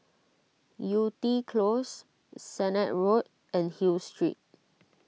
Yew Tee Close Sennett Road and Hill Street